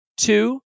Two